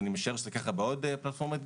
ואני משער שזה ככה בעוד פלטפורמות,